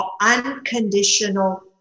unconditional